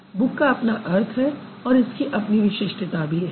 book का अपना अर्थ है और इसकी अपनी विशिष्टता भी है